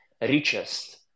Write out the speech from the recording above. richest